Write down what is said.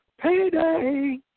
Payday